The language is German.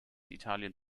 italien